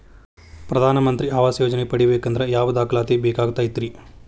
ಪ್ರಧಾನ ಮಂತ್ರಿ ಆವಾಸ್ ಯೋಜನೆ ಪಡಿಬೇಕಂದ್ರ ಯಾವ ದಾಖಲಾತಿ ಬೇಕಾಗತೈತ್ರಿ?